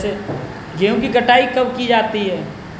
गेहूँ की कटाई कब की जाती है?